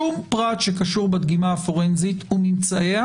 שום פרט שקשור בדגימה הפורנזית וממצאיה